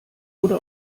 wurde